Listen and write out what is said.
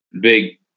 Big